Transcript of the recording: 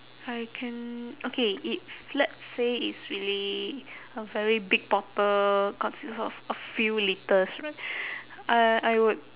I can okay if let's say it's really a very big bottle consist of a few litres right uh I would